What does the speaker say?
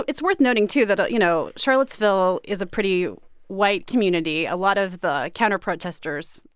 it's worth noting, too, that, ah you know, charlottesville is a pretty white community. a lot of the counterprotesters.